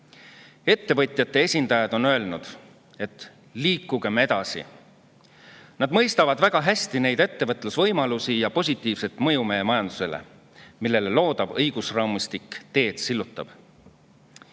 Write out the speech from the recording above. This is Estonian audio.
Ettevõtjate esindajad on öelnud, et liikugem edasi. Nad mõistavad väga hästi neid ettevõtlusvõimalusi ja positiivset mõju meie majandusele, millele loodav õigusraamistik teed sillutab. Mina